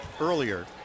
earlier